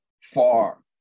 far